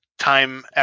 Time